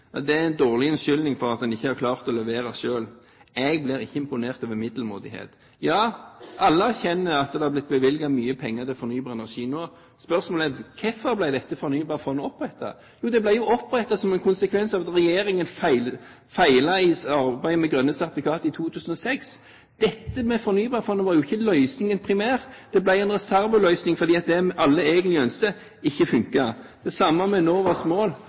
Det er en dårlig unnskyldning for at en ikke har klart å levere selv. Jeg blir ikke imponert over middelmådighet. Ja, alle erkjenner at det er blitt bevilget mye penger til fornybar energi nå. Spørsmålet er: Hvorfor ble dette fornybarfondet opprettet? Jo, det ble opprettet som en konsekvens av at regjeringen feilet i sitt arbeid med grønne sertifikater i 2006. Dette med fornybarfondet var jo ikke løsningen primært, det ble en reserveløsning fordi det alle egentlig ønsket, ikke funket. Det er det samme med Enovas mål.